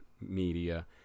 media